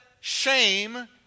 shame